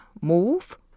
move